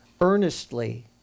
earnestly